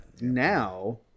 now